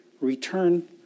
Return